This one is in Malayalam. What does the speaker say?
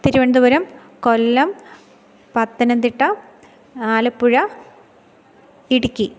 തിരുവനന്തപുരം കൊല്ലം പത്തനംതിട്ട ആലപ്പുഴ ഇടുക്കി